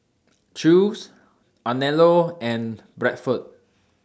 Chew's Anello and Bradford